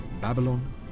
babylon